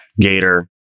Gator